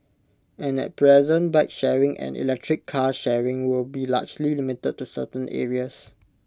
and at present bike sharing and electric car sharing with be largely limited to certain areas